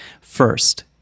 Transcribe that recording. First